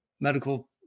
Medical